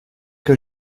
que